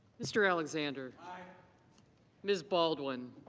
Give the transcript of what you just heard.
mr. alexander. ms. baldwin.